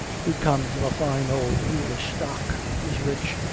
he comes of a fine old english stock, is rich,